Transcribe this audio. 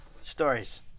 stories